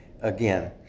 again